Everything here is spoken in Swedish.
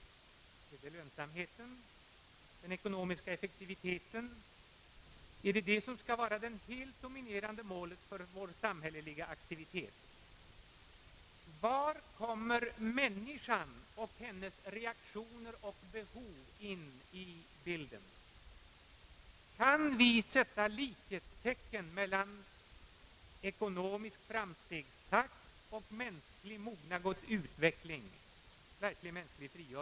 Är det lönsamheten och den ekonomiska effektiviteten som skall vara det helt dominerande målet för vår samhälleliga aktivitet? Var kommer människans och hennes reaktioner och behov in i bilden? Kan vi sätta likhetstecken mellan ekonomisk framstegstakt och mänsklig mognad, utveckling och frigörelse?